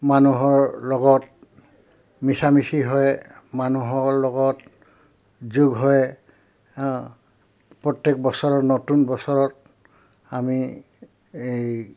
মানুহৰ লগত মিছামিছি হৈ মানুহৰ লগত যোগ হৈ হা প্ৰত্যেক বছৰত নতুন বছৰত আমি এই